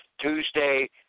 Tuesday